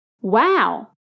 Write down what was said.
Wow